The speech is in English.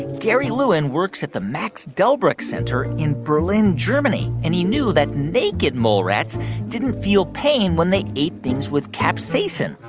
gary lewin works at the max delbruck center in berlin, germany. and he knew that naked mole rats didn't feel pain when they ate things with capsaicin,